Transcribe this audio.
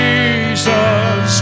Jesus